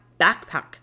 backpack